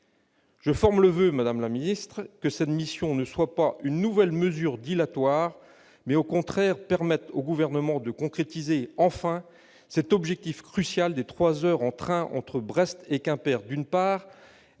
Je forme le voeu, madame la ministre, que cette mission ne soit pas une nouvelle manoeuvre dilatoire, mais qu'elle permette au contraire au Gouvernement de concrétiser enfin cet objectif crucial des 3 heures en train entre Brest et Quimper, d'une part,